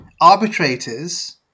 arbitrators